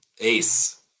ace